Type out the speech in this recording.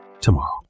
tomorrow